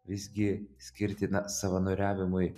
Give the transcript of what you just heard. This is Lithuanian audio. visgi skirti na savanoriavimui